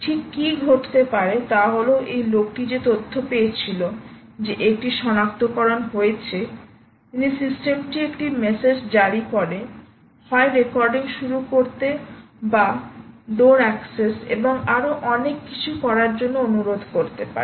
ঠিক কি ঘটতে পারে তা হল এই লোকটি যে তথ্য পেয়েছিল যে একটি সনাক্তকরণ হয়েছে তিনি সিস্টেমটি একটি মেসেজ জারি করে হয় রেকর্ডিং শুরু করতে বা ডোর অ্যাক্সেস এবং আরও অনেক কিছু করার জন্য অনুরোধ করতে পারে